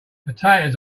potatoes